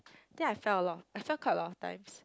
think I fell a lot I fell quite a lot of times